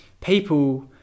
people